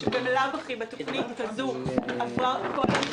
שגם בלאו הכי בתוכנית כזו כל תהליכי